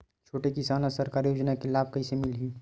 छोटे किसान ला सरकारी योजना के लाभ कइसे मिलही?